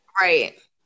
Right